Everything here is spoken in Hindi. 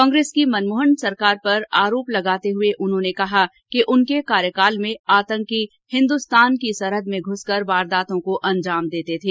कांग्रेस की मनमोहन सरकार पर आरोप लगाते हुए उन्होंने कहा कि उनके कार्यकाल में आतंकी हिन्दुस्तान की सरहद में घूसकर वारदातों को अंजाम देते थे